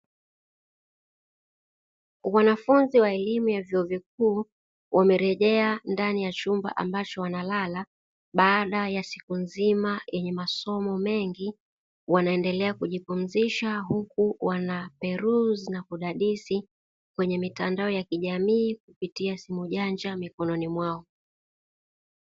Wanafunzi wa elimu ya vyuo vikuu wamerejea ndani ya chumba ambacho wanalala, baada ya siku nzima yenye masomo mengi wanaendelea kujipumzisha huku wanaperuzi na kudadisi kwenye mitandao ya kijamii kupitia simu janja mikononi mwao.